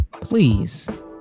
please